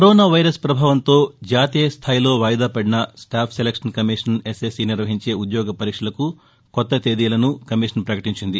corona virus పభావంతో జాతీయ స్థాయిలో వాయిదా పడిన స్టాఫ్ సెలక్షన్ కమిషన్ ఎస్ఎస్సీ నిర్వహించే ఉద్యోగ పరీక్షలకు కొత్త తేదీలను కమిషన్ ప్రకటించింది